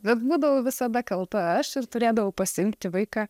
bet būdavau visada kalta aš ir turėdavau pasiimti vaiką